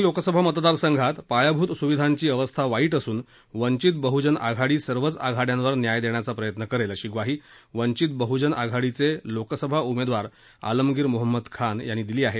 परभणी लोकसभा मतदार संघात पायाभूत सुविधांची अवस्था वाईट असून वंचित बहूजन आघाडी सर्वच आघाड्यांवर न्याय देण्याचा प्रयत्न करेल अशी ग्वाही वंचित बह्जन आघाडीचे लोकसभा उमेदवार आलमगीर मोहम्मद खान यांनी दिली आहे